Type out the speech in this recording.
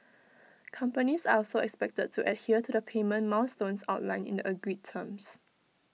companies are also expected to adhere to the payment milestones outlined in the agreed terms